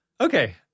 Okay